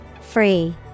Free